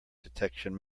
detection